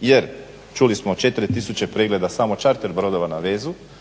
jer čuli smo 4000 pregleda samo čarter brodova na vezu